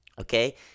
okay